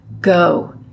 Go